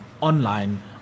online